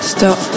Stop